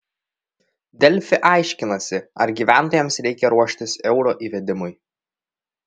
delfi aiškinasi ar gyventojams reikia ruoštis euro įvedimui